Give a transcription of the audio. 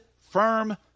firm